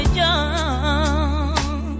young